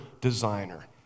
designer